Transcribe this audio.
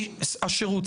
השירות,